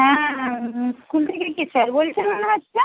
হ্যাঁ হুম স্কুল থেকে কে স্যার বলছেন মনে হচ্ছে